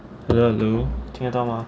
hello lu 听得到吗